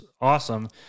awesome